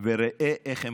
וראה איך הם חשופים.